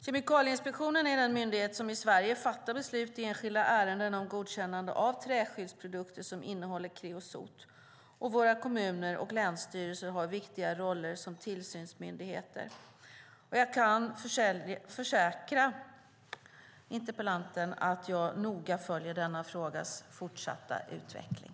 Kemikalieinspektionen är den myndighet som i Sverige fattar beslut i enskilda ärenden om godkännande av träskyddsprodukter som innehåller kreosot. Våra kommuner och länsstyrelser har viktiga roller som tillsynsmyndigheter. Jag kan försäkra interpellanten att jag noga följer denna frågas fortsatta utveckling.